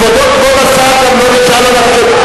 כבוד השר גם לא נשאל על הרשות,